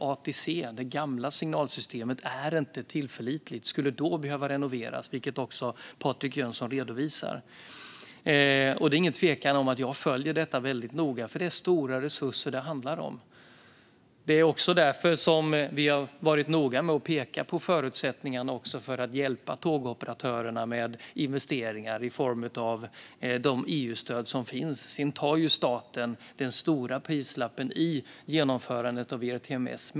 ATC, det gamla signalsystemet, är inte tillförlitligt och skulle då behöva renoveras, vilket Patrik Jönsson också tar upp. Jag följer detta noga, för det handlar om stora resurser. Det är också därför vi har varit noga med att peka på förutsättningarna, för att hjälpa tågoperatörerna med investeringar, i form av de EU-stöd som finns. Staten tar dock den stora kostnaden i genomförandet av ERTMS.